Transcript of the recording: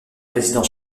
président